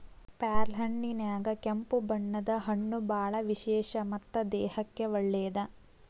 ಪ್ಯಾರ್ಲಹಣ್ಣಿನ್ಯಾಗ ಕೆಂಪು ಬಣ್ಣದ ಹಣ್ಣು ಬಾಳ ವಿಶೇಷ ಮತ್ತ ದೇಹಕ್ಕೆ ಒಳ್ಳೇದ